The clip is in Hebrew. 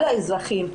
כל האזרחים,